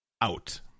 out